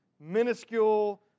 minuscule